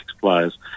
players